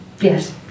Yes